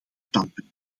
standpunt